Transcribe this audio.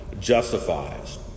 justifies